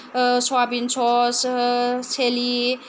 soybean स'स chilli